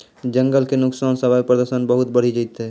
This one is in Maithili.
जंगल के नुकसान सॅ वायु प्रदूषण बहुत बढ़ी जैतै